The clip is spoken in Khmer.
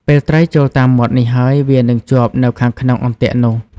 ពេលត្រីចូលតាមមាត់នេះហើយ វានឹងជាប់នៅខាងក្នុងអន្ទាក់នោះ។